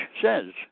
says